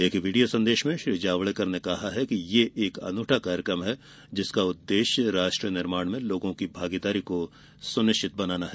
एक वीडियो संदेश में श्री जावड़ेकर ने कहा कि यह एक अनूठा कार्यक्रम है जिसका उद्देश्य राष्ट्र निर्माण में लोगों की भागीदारी को सुनिश्चित बनाना है